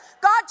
God